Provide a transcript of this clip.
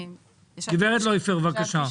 גב' לויפר, בבקשה.